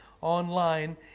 online